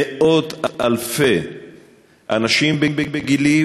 מאות אלפי אנשים בגילי,